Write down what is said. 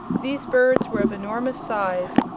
these birds were of enormous size,